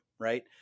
Right